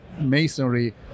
masonry